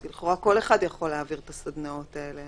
כי לכאורה כל אחד יכול להעביר את הסדנאות האלה.